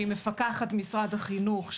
שהיא מפקחת משרד החינוך,